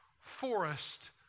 forest